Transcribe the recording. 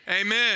amen